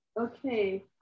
okay